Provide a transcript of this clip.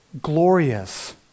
glorious